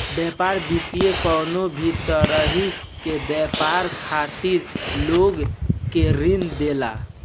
व्यापार वित्त कवनो भी तरही के व्यापार खातिर लोग के ऋण देला